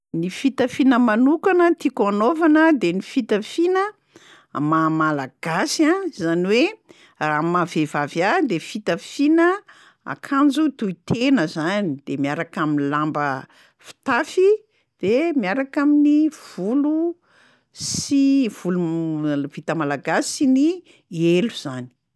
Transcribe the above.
Ny fitafiana manokana tiako hanaovana de ny fitafiana maha-malagasy a, zany hoe amin'ny maha-vehivavy ahy de fitafiana akanjo tohitena zany de miaraka amin'ny lamba fitafy de miaraka amin'ny volo sy volo- vita malagasy sy ny elo zany.